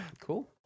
Cool